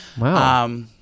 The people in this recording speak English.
Wow